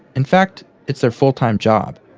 in fact, it's their full-time job.